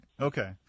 Okay